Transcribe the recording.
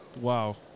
Wow